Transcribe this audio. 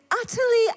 utterly